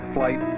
Flight